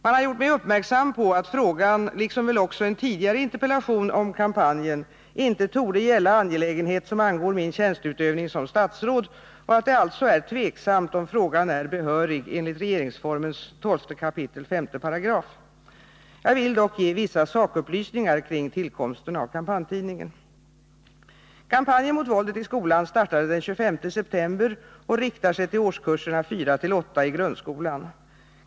Man har gjort mig uppmärksam på att frågan, liksom väl också en tidigare interpellation om kampanjen, inte torde gälla angelägenhet som angår min tjänsteutövning som statsråd och att det alltså är tveksamt om frågan är behörig enligt regeringsformens 12 kap. 5§. Jag vill dock ge vissa sakupplysningar kring tillkomsten av kampanjtidningen. Kampanjen mot våldet i skolan startade den 25 september och riktar sig till årskurserna 4 till 8 i grundskolan.